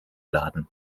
laden